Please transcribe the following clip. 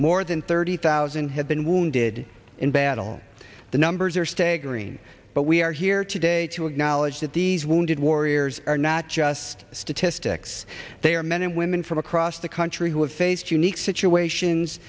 more than thirty thousand have been wounded in battle the numbers are staggering but we are here today to acknowledge that these wounded warriors are not just statistics they are men and women from across the country who have faced unique situations